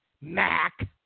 Mac